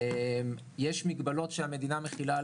יש מגבלות שהמדינה מחילה,